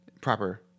proper